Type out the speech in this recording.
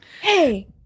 Hey